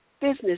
business